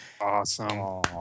Awesome